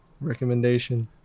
recommendation